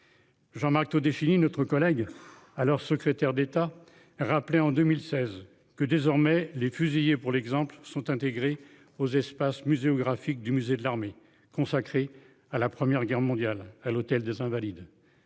Jean Marc tôt défini notre collègue, alors secrétaire d'État rappeler en 2016 que désormais les fusillés pour l'exemple sont intégrés aux espaces muséographiques du musée de l'armée consacré à la première guerre mondiale, à l'Hôtel des invalides.